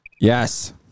Yes